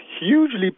hugely